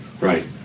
right